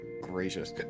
gracious